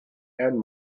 and